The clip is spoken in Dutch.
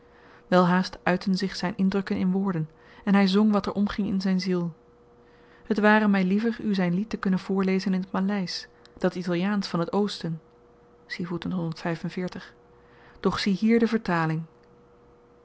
welhaast uitten zich zyn indrukken in woorden en hy zong wat er omging in zyn ziel het ware my liever u zyn lied te kunnen voorlezen in t maleisch dat italiaansch van het oosten doch ziehier de vertaling